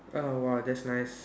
oh !wow! that's nice